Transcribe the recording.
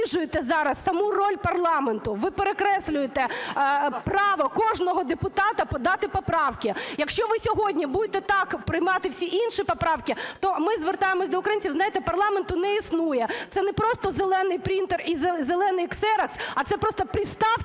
принижуєте зараз саму роль парламенту, ви перекреслюєте право кожного депутата подати поправки. Якщо ви сьогодні будете так приймати всі інші поправки, то ми звертаємось до українців - знаєте, парламенту не існує. Це не просто зелений принтер і зелений ксерокс, а це просто приставки